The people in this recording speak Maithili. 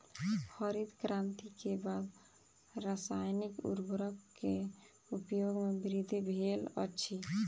हरित क्रांति के बाद रासायनिक उर्वरक के उपयोग में वृद्धि भेल अछि